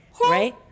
Right